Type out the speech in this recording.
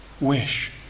wish